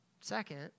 Second